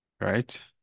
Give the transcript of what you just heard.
right